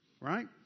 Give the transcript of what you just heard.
right